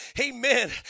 Amen